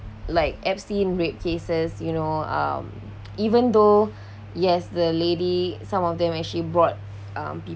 like epstein rape cases you know um even though yes the lady some of them actually brought um people